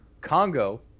Congo